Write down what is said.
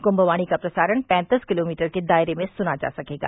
कुंभवाणी का प्रसारण पैंतीस किलोमीटर के दायरे में सुना जा सकेगा